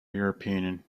european